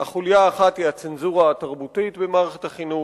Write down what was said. שתי חוליות: החוליה האחת היא הצנזורה התרבותית במערכת החינוך,